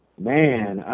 man